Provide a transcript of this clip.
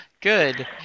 Good